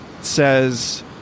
says